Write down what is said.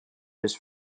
his